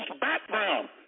background